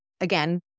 Again